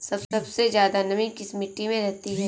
सबसे ज्यादा नमी किस मिट्टी में रहती है?